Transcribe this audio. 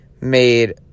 made